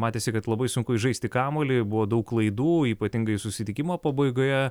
matėsi kad labai sunku įžaisti kamuolį buvo daug klaidų ypatingai susitikimo pabaigoje